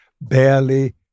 Barely